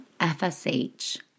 FSH-